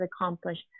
accomplished